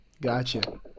Gotcha